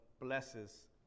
blesses